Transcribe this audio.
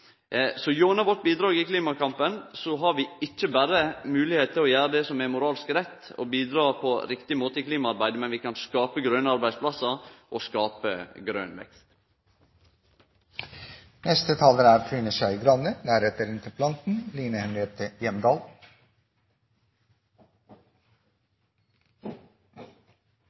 Så gjennom vårt bidrag i klimakampen har vi ikkje berre moglegheit til å gjere det som er moralsk rett når det gjeld å bidra på riktig måte i klimaarbeidet, men vi kan skape grøne arbeidsplassar og skape grøn